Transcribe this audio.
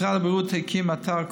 משרד הבריאות הקים אתר,